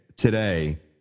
Today